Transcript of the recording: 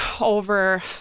over